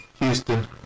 Houston